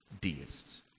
deists